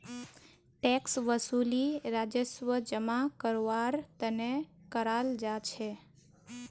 tax वसूली राजस्व जमा करवार तने कराल जा छे